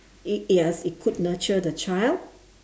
it yes it could nurture the child